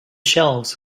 shelves